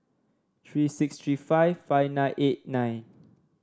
three six three five five nine eight nine